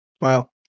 wow